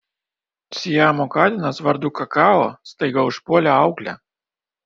siamo katinas vardu kakao staiga užpuolė auklę